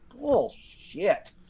bullshit